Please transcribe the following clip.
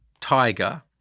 tiger